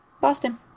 Boston